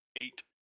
Eight